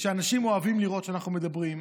שאנשים אוהבים לראות שאנחנו מדברים,